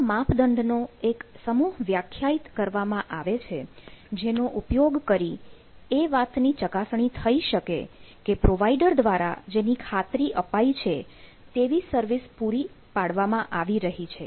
એવા માપદંડનો એક સમૂહ વ્યાખ્યાયિત કરવામાં આવે છે જેનો ઉપયોગ કરી એ વાતની ચકાસણી થઈ શકે કે પ્રોવાઇડર દ્વારા જેની ખાતરી અપાઇ છે તેવી સર્વિસ પૂરી પાડવામાં આવી રહી છે